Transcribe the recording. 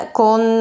con